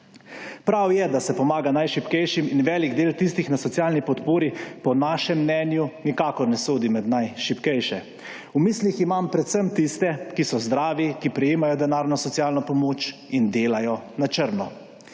Prav je, da se pomaga najšibkejšim in velik del tistih na socialni podpori, po našem mnenju, nikakor ne sodi med najšibkejše. V mislih imam predvsem tiste, ki so zdravi, ki prejemajo denarno socialno pomoč in delajo na črno.